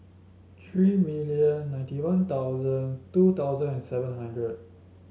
three million ninety One Thousand two thousand and seven hundred